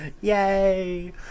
yay